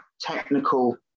technical